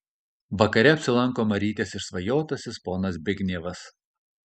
vakare apsilanko marytės išsvajotasis ponas zbignevas